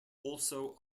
also